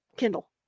kindle